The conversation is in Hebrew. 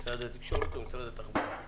משרד התקשורת או משרד התחבורה.